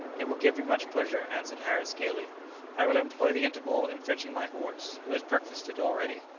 it will give me much pleasure, answered harris, gaily i will employ the interval in fetching my horse, who has breakfasted already.